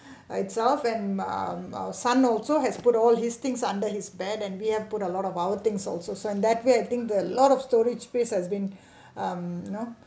itself and ah our son also has put all his things under his bed and we have put a lot of our things also so in that way I think a lot of storage space has been um you know